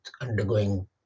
undergoing